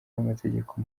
n’amategeko